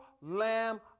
Lamb